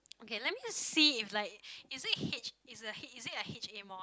okay let me just see if like is it H is a H is it a H_A mod